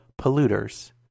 polluters